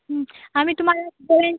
आम्ही तुम्हाला गोळे